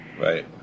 Right